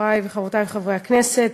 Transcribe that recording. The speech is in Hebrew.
חברי וחברותי חברי הכנסת,